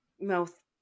mouth